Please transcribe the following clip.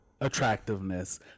attractiveness